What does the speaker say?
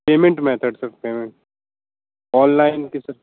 payment method sir payment online की sir